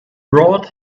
brought